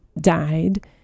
died